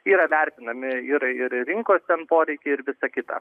yra vertinami ir ir rinkos ten poreikiai ir visa kita